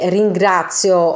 ringrazio